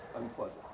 unpleasant